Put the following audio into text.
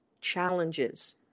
challenges